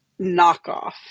knockoff